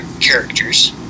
characters